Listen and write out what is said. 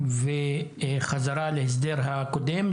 וחזרה להסדר הקודם,